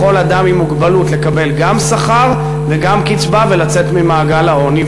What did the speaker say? יכול אדם עם מוגבלות לקבל גם שכר וגם קצבה ולצאת ממעגל העוני.